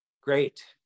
Great